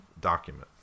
document